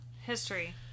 history